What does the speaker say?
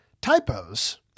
typos